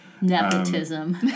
Nepotism